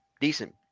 decent